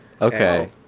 Okay